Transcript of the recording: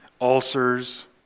ulcers